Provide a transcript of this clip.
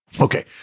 Okay